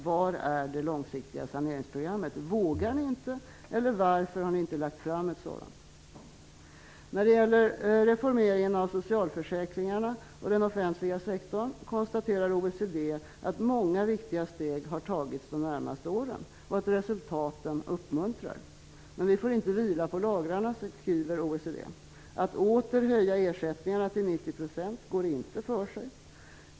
Var är det långsiktiga saneringsprogrammet? Varför har ni inte lagt fram ett sådant? Vågar ni inte? När det gäller reformeringen av socialförsäkringarna och den offentliga sektorn konstaterar OECD att många viktiga steg har tagits de senaste åren, och att resultaten uppmuntrar. Men vi får inte vila på lagrarna, skriver OECD. Att åter höja ersättningarna till 90 % går inte för sig.